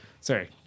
Sorry